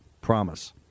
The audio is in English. Promise